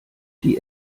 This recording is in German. die